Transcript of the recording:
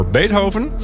Beethoven